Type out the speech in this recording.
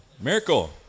Miracle